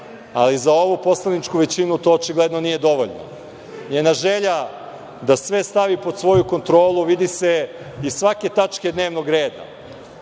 ali za ovu poslaničku većinu to očigledno nije dovoljno. NJena želja da sve stavi pod svoju kontrolu vidi se iz svake tačke dnevnog reda.